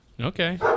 Okay